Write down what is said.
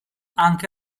anche